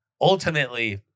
Ultimately